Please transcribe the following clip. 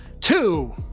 Two